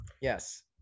yes